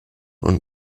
und